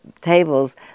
tables